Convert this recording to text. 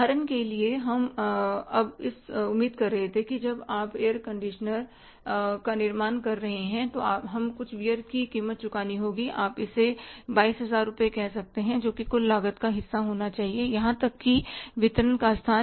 उदाहरण के लिए अब हम उम्मीद कर रहे थे कि जब आप एक एयर कंडीशनर का निर्माण कर रहे हैं तो हमें कुछ बीयर की कीमत चुकानी चाहिए आप इसे 22000 रुपये कह सकते हैं जो कुल लागत का हिस्सा होना चाहिए यहाँ तक कि वितरक का स्थान